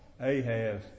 Ahab